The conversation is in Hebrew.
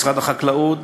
משרד החקלאות